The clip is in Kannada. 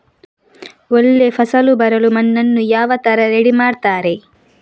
ಒಳ್ಳೆ ಫಸಲು ಬರಲು ಮಣ್ಣನ್ನು ಯಾವ ತರ ರೆಡಿ ಮಾಡ್ತಾರೆ?